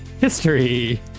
History